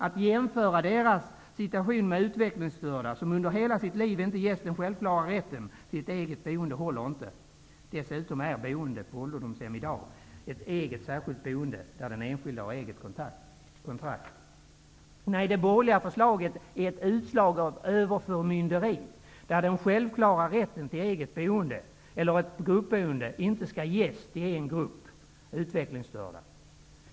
Att jämföra deras situation med situationen för utvecklingsstörda som under hela sitt liv inte ges den självklara rätten till ett eget boende håller inte. Dessutom är boende på ålderdomshem i dag ett eget särskilt boende, där den enskilde har eget kontrakt. Nej, det borgerliga förslaget är ett utslag av förmynderi, där den självklara rätten till ett eget boende eller ett gruppboende inte skall ges till en viss grupp av utvecklingsstörda.